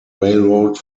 railroad